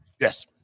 Yes